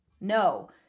no